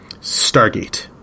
stargate